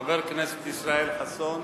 חבר הכנסת ישראל חסון,